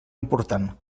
important